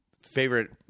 favorite